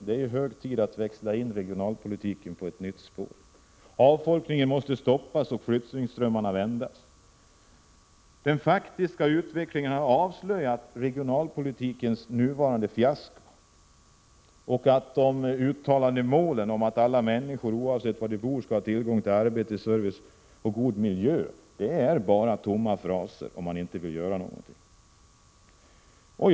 Det är hög tid att växla in regionalpolitiken på ett nytt spår. Avfolkningen måste stoppas och flyttningsströmmarna vändas. Den faktiska utvecklingen har avslöjat regionalpolitikens nuvarande fiasko och att de uttalade målen om att alla människor, oavsett var de bor, skall ha tillgång till arbete, service och god miljö bara är tomma fraser, om man inte vill göra någonting.